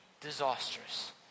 disastrous